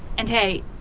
and hey,